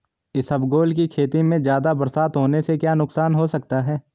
इसबगोल की खेती में ज़्यादा बरसात होने से क्या नुकसान हो सकता है?